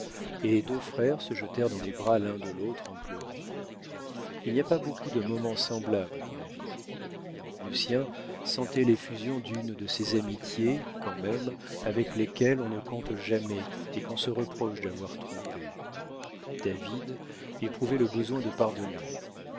et les deux frères se jetèrent dans les bras l'un de l'autre en pleurant il n'y a pas beaucoup de moments semblables dans la vie lucien sentait l'effusion d'une de ces amitiés quand même avec lesquelles on ne compte jamais et qu'on se reproche d'avoir trompées david éprouvait le besoin de pardonner